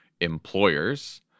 employers